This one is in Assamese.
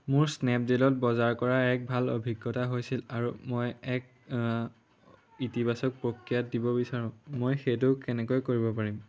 মোৰ স্নেপডীলত বজাৰ কৰাৰ এক ভাল অভিজ্ঞতা হৈছিল আৰু মই এক ইতিবাচক প্ৰতিক্ৰিয়া দিব বিচাৰোঁ মই সেইটো কেনেকৈ কৰিব পাৰিম